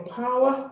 power